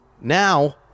Now